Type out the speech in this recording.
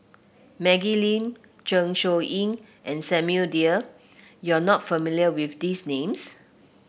Maggie Lim Zeng Shouyin and Samuel Dyer you are not familiar with these names